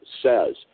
says